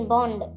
Bond